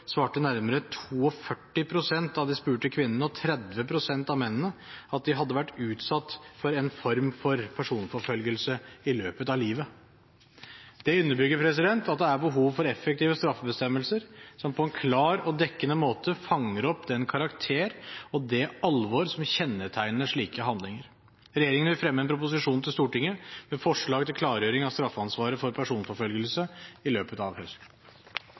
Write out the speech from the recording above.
svarte nærmere 42 pst. av de spurte kvinnene og 30 pst. av mennene at de hadde vært utsatt for en form for personforfølgelse i løpet av livet. Det underbygger at det er behov for effektive straffebestemmelser som på en klar og dekkende måte fanger opp den karakter og det alvor som kjennetegner slike handlinger. Regjeringen vil fremme en proposisjon til Stortinget med forslag til klargjøring av straffeansvaret for personforfølgelse i løpet av høsten.